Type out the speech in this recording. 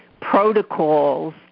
protocols